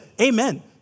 Amen